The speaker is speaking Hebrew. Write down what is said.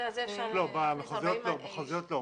במחוזיות לא.